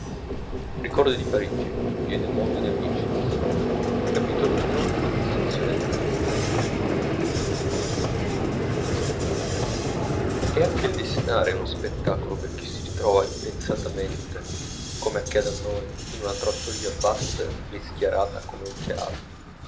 desinare benissimo a due lire e settantacinque e anche il desinare è uno spettacolo per chi si ritrova impensatamente come accadde a noi in una trattoria vasta e rischiarata come un teatro